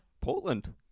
Portland